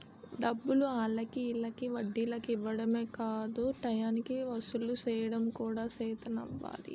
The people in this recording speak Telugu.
డబ్బులు ఆల్లకి ఈల్లకి వడ్డీలకి ఇవ్వడమే కాదు టయానికి వసూలు సెయ్యడం కూడా సేతనవ్వాలి